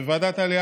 בוועדה העלייה,